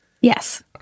Yes